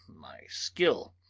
my skill,